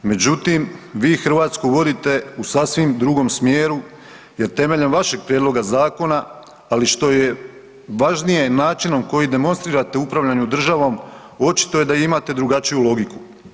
Međutim, vi Hrvatsku vodite u sasvim drugom smjeru jer temeljem vašeg prijedloga zakona, ali što je važnije načinom koji demonstrirate u upravljanju državom očito je da imate drugačiju logiku.